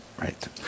right